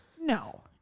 no